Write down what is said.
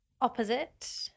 opposite